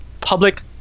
Public